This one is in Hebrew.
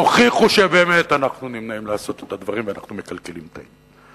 תוכיחו שבאמת אנחנו נמנעים לעשות את הדברים ואנחנו מקלקלים את העניין,